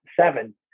Seven